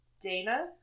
Dana